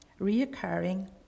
reoccurring